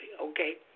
okay